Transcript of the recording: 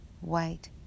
white